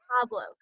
Pablo